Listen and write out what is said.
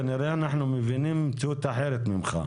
כנראה שאנחנו מבינים מציאות אחרת ממך.